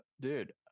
Dude